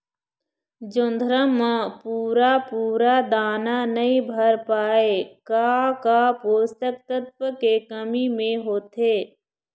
जोंधरा म पूरा पूरा दाना नई भर पाए का का पोषक तत्व के कमी मे होथे?